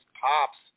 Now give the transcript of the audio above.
pops